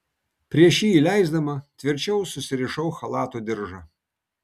prieš jį įleisdama tvirčiau susirišau chalato diržą